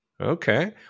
Okay